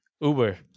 Uber